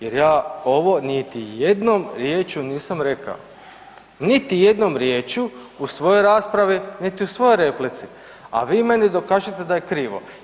Jer ja ovo niti jednom riječju nisam rekao, niti jednom riječju u svojoj raspravi, niti u svojoj replici a vi meni dokažite da je krivo.